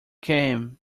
came